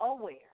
aware